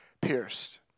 pierced